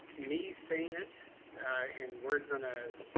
me, saying it in words on a.